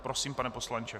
Prosím, pane poslanče.